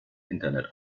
internet